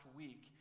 week